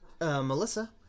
Melissa